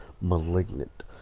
Malignant